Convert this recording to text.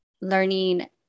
learning